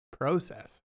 process